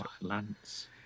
Lance